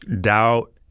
doubt